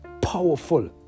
powerful